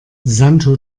santo